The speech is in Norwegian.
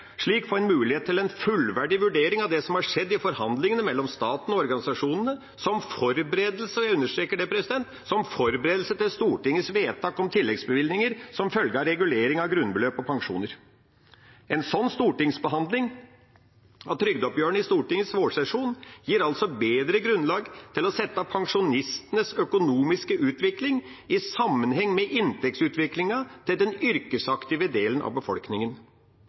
slik få en mulighet til en fullverdig vurdering av det som har skjedd i forhandlingene mellom staten og organisasjonene, som forberedelse – og jeg understreker det – til Stortingets vedtak om tilleggsbevilgninger som følge av regulering av grunnbeløp og pensjoner. En slik behandling av trygdeoppgjørene i Stortingets vårsesjon gir altså bedre grunnlag for å sette pensjonistenes økonomiske utvikling i sammenheng med inntektsutviklingen til den yrkesaktive delen av befolkningen.